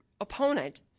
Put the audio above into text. opponent